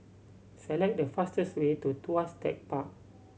select the fastest way to Tuas Tech Park